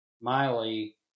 miley